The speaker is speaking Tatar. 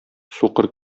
сукыр